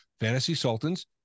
fantasysultans